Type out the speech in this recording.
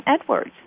Edwards